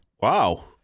Wow